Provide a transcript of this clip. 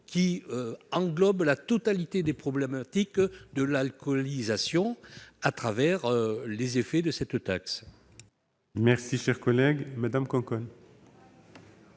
qui englobe la totalité des problématiques de l'alcoolisation au travers des effets de cette taxe.